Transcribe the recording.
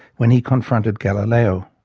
when he confronted galileo.